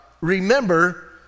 Remember